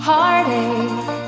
Heartache